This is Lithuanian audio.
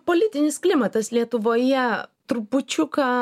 politinis klimatas lietuvoje trupučiuką